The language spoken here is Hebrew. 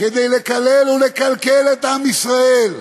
כדי לקלל ולקלקל את עם ישראל.